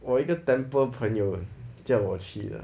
我一个 temple 朋友叫我去的